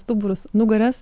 stuburus nugaras